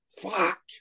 Fuck